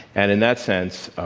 and in that sense,